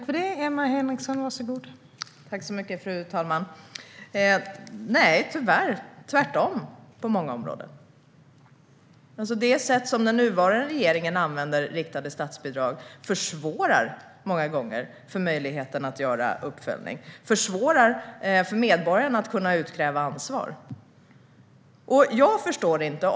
Fru talman! Nej, tyvärr, Anna-Lena Sörenson, på många områden är det tvärtom. Det sätt som den nuvarande regeringen använder statsbidrag på försvårar många gånger möjligheten att göra uppföljning och utkräva ansvar.